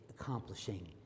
accomplishing